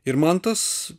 ir man tas